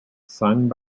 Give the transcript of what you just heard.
sung